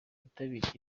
rwitabiriye